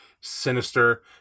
sinister